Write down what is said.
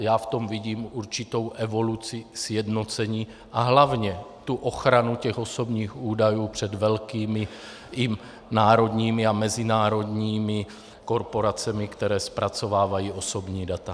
Já v tom vidím určitou evoluci, sjednocení a hlavně ochranu těch osobních údajů před velkými i národními a mezinárodními korporacemi, které zpracovávají osobní data.